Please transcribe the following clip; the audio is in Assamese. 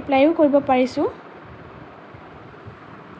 এপ্লাইয়ো কৰিব পাৰিছোঁ